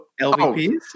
LVPs